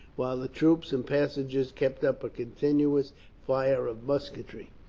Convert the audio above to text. while the troops and passengers kept up a continuous fire of musketry.